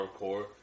hardcore